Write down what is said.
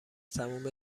تموم